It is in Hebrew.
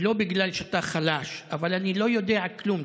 ולא בגלל שאתה חלש, אבל אני לא יודע כלום.